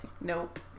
Nope